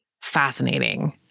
Fascinating